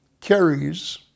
carries